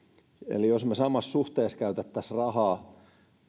eli jos me samassa suhteessa käyttäisimme rahaa